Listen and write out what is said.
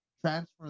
transfer